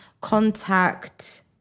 contact